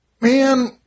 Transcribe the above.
man